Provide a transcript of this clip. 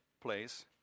place